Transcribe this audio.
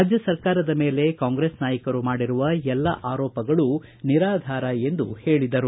ರಾಜ್ಯ ಸರ್ಕಾರದ ಮೇಲೆ ಕಾಂಗ್ರೆಸ್ ನಾಯಕರು ಮಾಡಿರುವ ಎಲ್ಲ ಆರೋಪಗಳು ನಿರಾಧಾರ ಎಂದು ಹೇಳಿದರು